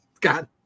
God